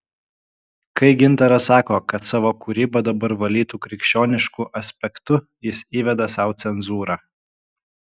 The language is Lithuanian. kai gintaras sako kad savo kūrybą dabar valytų krikščionišku aspektu jis įveda sau cenzūrą